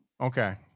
Okay